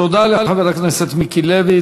תודה לחבר הכנסת מיקי לוי.